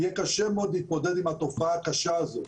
יהיה קשה מאוד להתמודד עם התופעה הקשה הזאת.